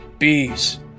Bees